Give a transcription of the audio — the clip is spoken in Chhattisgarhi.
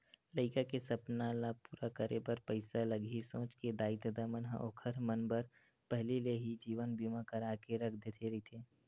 लइका के सपना ल पूरा करे बर पइसा लगही सोच के दाई ददा मन ह ओखर मन बर पहिली ले ही जीवन बीमा करा के रख दे रहिथे